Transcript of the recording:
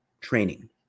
training